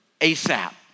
ASAP